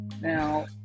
Now